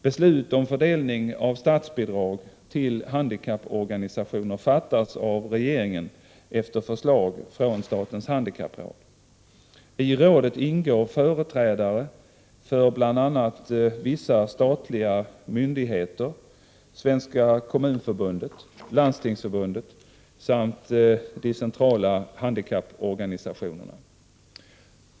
Beslut om fördelning av statsbidrag till handikapporganisationer fattas av regeringen efter förslag från statens handikappråd. I rådet ingår företrädare för bl.a. vissa statliga myndigheter, Svenska kommunförbundet och Landstingsförbundet samt de centrala handikapporganisationerna.